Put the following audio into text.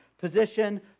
position